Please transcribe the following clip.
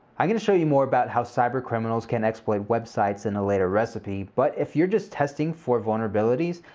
i'm gonna show you more about how cybercriminals can exploit websites in a later recipe, but if you're just testing for vulnerabilities,